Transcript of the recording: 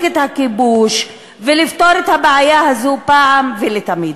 את הכיבוש ולפתור את הבעיה הזאת אחת ולתמיד.